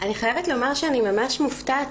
אני חייבת לומר שאני ממש מופתעת,